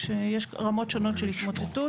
כשיש רמות שונות של התמוטטות.